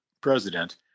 president